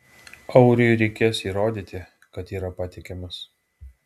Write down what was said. auriui reikės įrodyti kad yra patikimas